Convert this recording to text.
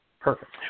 Perfect